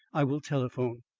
i will telephone.